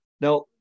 Now